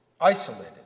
isolated